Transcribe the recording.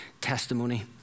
testimony